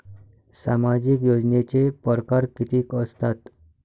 सामाजिक योजनेचे परकार कितीक असतात?